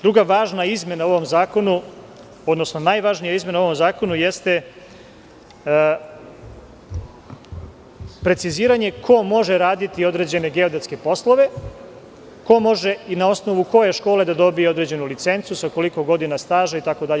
Druga važna izmena u ovom zakonu, odnosno najvažnija izmena u ovom zakonu jeste preciziranje ko može raditi određene geodetske poslove, ko može i na osnovu koje škole da dobije određenu licencu, sa koliko godina staža, itd.